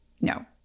no